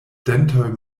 dentoj